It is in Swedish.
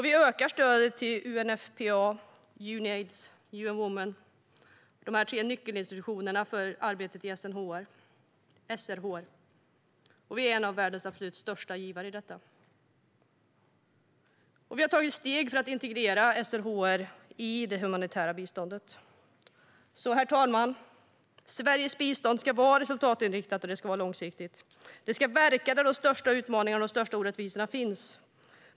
Vi ökar stödet till UNFPA, Unaids och UN Women - de tre nyckelinstitutionerna för arbetet i SRHR, och vi är en av världens absolut största givare till dessa. Vi har tagit steg för att integrera SRHR i det humanitära biståndet. Herr talman! Sveriges bistånd ska vara resultatinriktat och långsiktigt. Det ska verka där de största utmaningarna och orättvisorna finns.